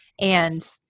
And-